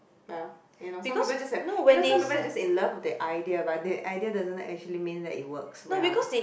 well you know some people just have you know some people just in love with that idea but that idea doesn't mean it works well